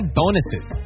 bonuses